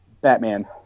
Batman